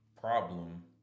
problem